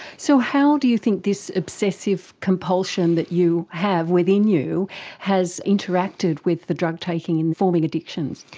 so how do you think this obsessive-compulsion that you have within you has interacted with the drug taking and forming addictions?